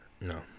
No